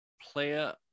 player